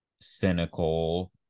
cynical